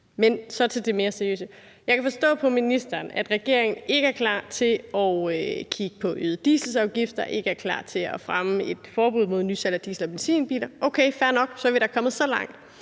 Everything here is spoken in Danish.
til. Så til det mere seriøse: Jeg kan forstå på ministeren, at regeringen ikke er klar til at kigge på øgede dieselafgifter og ikke er klar til at fremme et forbud mod salg af nye diesel- og benzinbiler. Okay, fair nok, så er vi da kommet så langt.